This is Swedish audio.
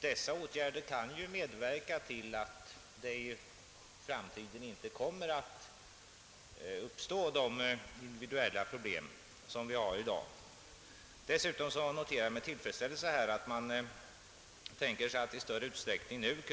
De åtgärderna kan medverka till att de individuella problem vi brottas med i dag inte kommer att uppstå i framtiden. Likaså noterar jag med tillfredsställelse att avsikten är att